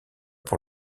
pour